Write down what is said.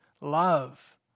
love